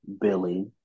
Billy